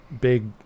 big